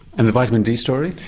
and the vitamin d story?